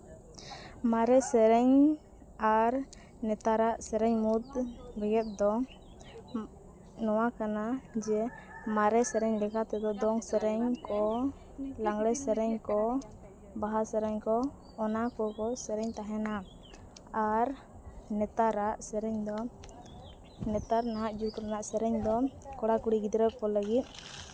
ᱢᱟᱨᱮ ᱥᱮᱨᱮᱧ ᱟᱨ ᱱᱮᱛᱟᱨᱟᱜ ᱥᱮᱨᱮᱧ ᱢᱩᱫᱽ ᱞᱟᱹᱜᱤᱫ ᱫᱚ ᱱᱚᱣᱟ ᱠᱟᱱᱟ ᱡᱮ ᱢᱟᱨᱮ ᱥᱮᱨᱮᱧ ᱞᱮᱠᱟ ᱛᱮᱫᱚ ᱫᱚᱝ ᱥᱮᱨᱮᱧ ᱠᱚ ᱞᱟᱸᱜᱽᱲᱮ ᱥᱮᱨᱮᱧ ᱠᱚ ᱵᱟᱦᱟ ᱥᱮᱨᱮᱧ ᱠᱚ ᱚᱱᱟ ᱠᱚᱠᱚ ᱥᱮᱨᱮᱧ ᱛᱟᱦᱮᱱᱟ ᱟᱨ ᱱᱮᱛᱟᱨᱟᱜ ᱥᱮᱨᱮᱧ ᱫᱚ ᱱᱮᱛᱟᱨ ᱱᱟᱦᱟᱜ ᱡᱩᱜᱽ ᱨᱮᱱᱟᱜ ᱥᱮᱨᱮᱧ ᱫᱚ ᱠᱚᱲᱟᱼᱠᱩᱲᱤ ᱜᱤᱫᱽᱨᱟᱹ ᱠᱚ ᱞᱟᱹᱜᱤᱫ